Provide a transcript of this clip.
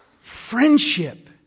Friendship